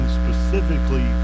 specifically